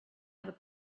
other